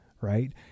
right